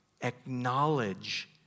acknowledge